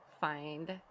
find